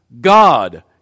God